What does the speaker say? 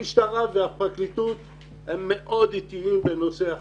המטרה והפרקליטות מאוד איטיים בנושא החקירה.